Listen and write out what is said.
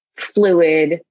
fluid